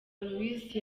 louise